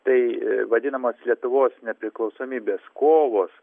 tai vadinamos lietuvos nepriklausomybės kovos